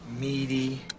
meaty